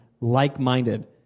like-minded